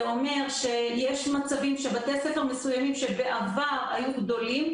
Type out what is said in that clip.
זה אומר שיש מצבים שבתי ספר מסוימים שבעבר היו גדולים,